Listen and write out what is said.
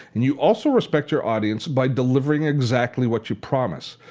and you also respect your audience by delivering exactly what you promised.